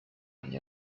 nie